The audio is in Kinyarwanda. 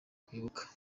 kwibuka